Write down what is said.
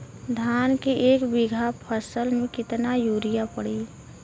धान के एक बिघा फसल मे कितना यूरिया पड़ी?